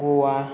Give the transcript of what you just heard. गवा